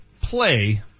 play